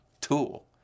tool